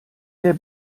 der